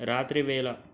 రాత్రి వేళ